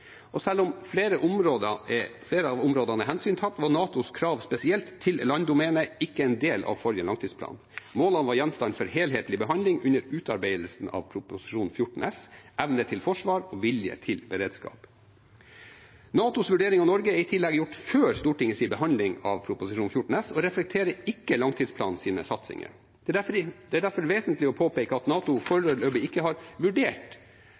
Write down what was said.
Selv om flere av områdene er hensyntatt, var NATOs krav, spesielt til landdomenet, ikke en del av forrige langtidsplan. Målene var gjenstand for helhetlig behandling under utarbeidelsen av Prop. 14 S for 2020–2021, Evne til forsvar – vilje til beredskap. NATOs vurdering av Norge er i tillegg gjort før Stortingets behandling av Prop. 14 S og reflekterer ikke langtidsplanens satsinger. Det er derfor vesentlig å påpeke at NATO foreløpig ikke har vurdert